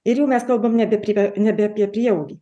ir jau mes kalbam nebeprie nebe apie prieaugį